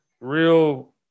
Real